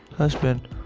Husband